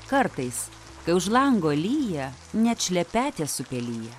kartais kai už lango lyja net šlepetės supelija